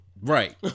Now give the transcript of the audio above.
right